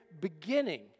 beginning